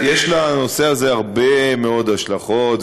יש לנושא הזה הרבה מאוד השלכות,